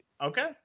okay